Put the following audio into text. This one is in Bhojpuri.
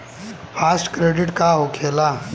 फास्ट क्रेडिट का होखेला?